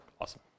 Awesome